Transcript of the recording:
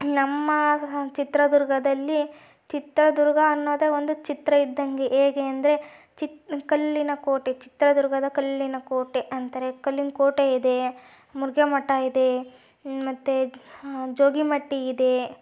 ನಮ್ಮ ಚಿತ್ರದುರ್ಗದಲ್ಲಿ ಚಿತ್ರದುರ್ಗ ಅನ್ನೋದೆ ಒಂದು ಚಿತ್ರ ಇದ್ದಂಗೆ ಹೇಗೆ ಅಂದರೆ ಕಲ್ಲಿನ ಕೋಟೆ ಚಿತ್ರದುರ್ಗದ ಕಲ್ಲಿನ ಕೋಟೆ ಅಂತಾರೆ ಕಲ್ಲಿನ್ ಕೋಟೆ ಇದೆ ಮುರುಘಾ ಮಠ ಇದೆ ಮತ್ತೆ ಜೋಗಿಮಟ್ಟಿ ಇದೆ